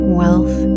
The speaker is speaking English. wealth